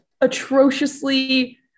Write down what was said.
atrociously